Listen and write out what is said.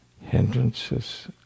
Hindrances